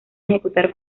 ejecutar